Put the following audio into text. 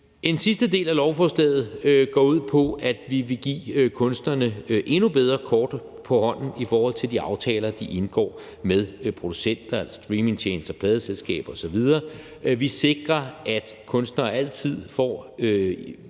En sidste del af lovforslaget går ud på, at vi vil give kunstnerne endnu bedre kort på hånden i forhold til de aftaler, de indgår med producenter, altså streamingtjenester, pladeselskaber osv. Vi sikrer, at kunstnere altid som